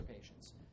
patients